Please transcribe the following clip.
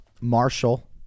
Marshall